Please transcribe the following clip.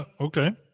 Okay